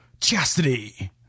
chastity